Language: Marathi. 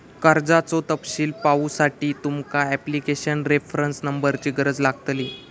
कर्जाचो तपशील पाहुसाठी तुमका ॲप्लीकेशन रेफरंस नंबरची गरज लागतली